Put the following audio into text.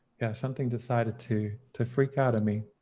yeah, something decided to to freak out on me.